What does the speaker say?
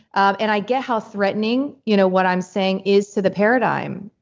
and i get how threatening you know what i'm saying is to the paradigm.